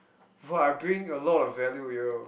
!wah! I bring a lot of value yo